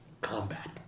combat